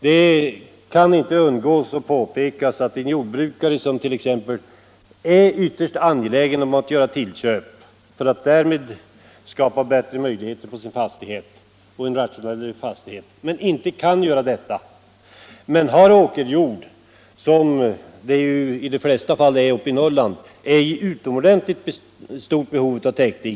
Vi kan tänka oss en jordbrukare som är mycket angelägen om att göra inköp av mark för att därigenom kunna genomföra en rationalisering av sin fastighet men att detta är omöjligt. Han har kanske åkerjord som är i utomordentligt stort behov av täckdikning. Detta är mycket ofta fallet just i Norrland.